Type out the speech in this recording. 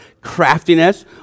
craftiness